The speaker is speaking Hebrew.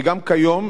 וגם כיום,